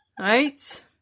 Right